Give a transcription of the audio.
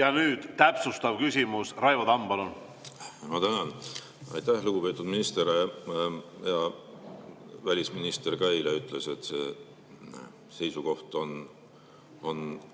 Ja nüüd täpsustav küsimus. Raivo Tamm, palun! Ma tänan! Aitäh, lugupeetud minister! Välisminister eile ütles, et see seisukoht on